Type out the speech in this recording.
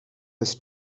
his